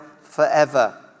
forever